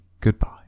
goodbye